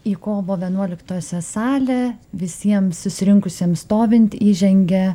į kovo vienuoliktosios salę visiems susirinkusiems stovint įžengia